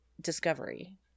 discovery